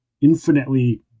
infinitely